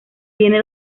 tiene